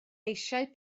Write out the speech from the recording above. eisiau